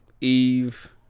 Eve